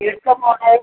എവിടേക്കാണ് പോവേണ്ടത്